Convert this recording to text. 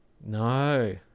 No